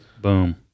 Boom